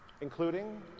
including